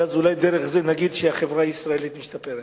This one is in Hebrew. ואז אולי דרך זה נגיד שהחברה הישראלית משתפרת.